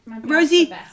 Rosie